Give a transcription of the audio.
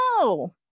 No